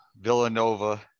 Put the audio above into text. Villanova